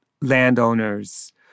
landowners